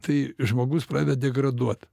tai žmogus pradeda degraduot